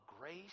grace